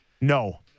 No